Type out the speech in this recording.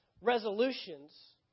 resolutions